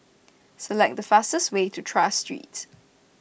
select the fastest way to Tras Streets